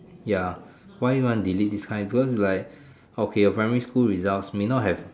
ya why you want to delete this kind because like okay your primary school results may not have